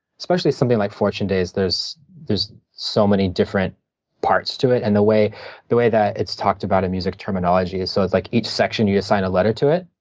especially something like fortune days, there's there's so many different parts to it, and the way the way that it's talked about in music terminology is, so it's like each section you assign a letter to it.